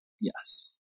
Yes